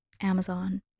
Amazon